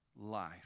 life